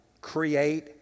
create